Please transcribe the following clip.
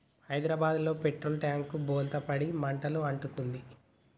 హైదరాబాదులో petrol tank బోల్తా పడి మంటలు అంటుకుంది